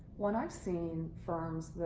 what i've seen, firms